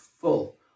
full